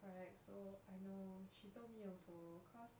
correct so I know she told me also cause